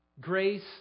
Grace